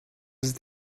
ist